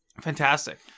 fantastic